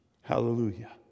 hallelujah